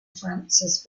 francis